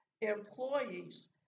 employees